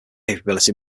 capability